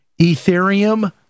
Ethereum